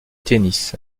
tennis